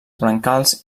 brancals